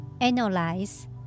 analyze